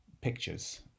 pictures